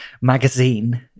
magazine